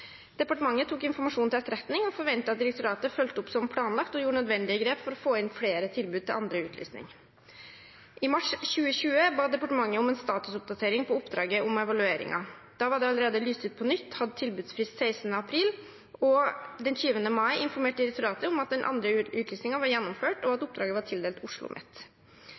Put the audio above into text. Departementet tok informasjonen til etterretning og forventet at direktoratet fulgte opp som planlagt og gjorde nødvendige grep for å få inn flere tilbud i andre utlysning. I mars 2020 ba departementet om en statusoppdatering på oppdraget om evalueringen. Da var det allerede lyst ut på nytt og hadde tilbudsfrist 16. april, og den 20. mai informerte direktoratet om at den andre utlysningen var gjennomført, og at oppdraget var tildelt OsloMet.